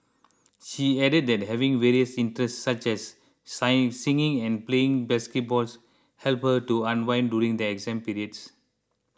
she added that having various interests such as singing and playing basketballs helped her to unwind during the exam period